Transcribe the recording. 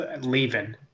leaving